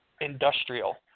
industrial